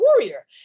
warrior